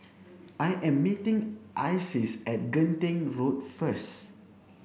I am meeting Isis at Genting Road first